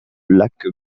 lac